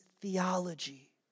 theology